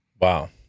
wow